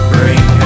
Bring